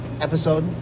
episode